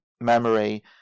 memory